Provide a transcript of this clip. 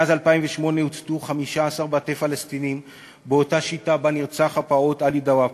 מאז 2008 הוצתו 15 בתי פלסטינים באותה שיטה שבה נרצח הפעוט עלי דוואבשה.